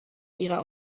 ihrer